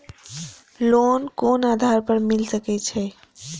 Loan कोन आधार पर मिल सके छे?